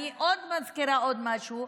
אני מזכירה עוד משהו: